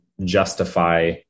justify